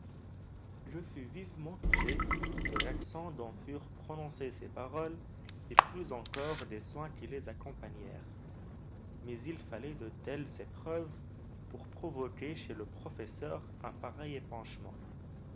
je fus vivement touché de l'accent dont furent prononcées ces paroles et plus encore des soins qui les accompagnèrent mais il fallait de telles épreuves pour provoquer chez le professeur un pareil épanchement